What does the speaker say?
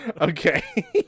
Okay